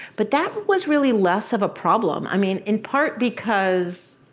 but that was really less of a problem. i mean, in part because